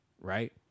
right